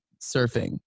surfing